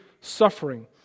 suffering